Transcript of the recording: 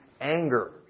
anger